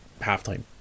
halftime